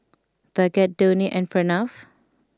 Bhagat Dhoni and Pranav